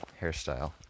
hairstyle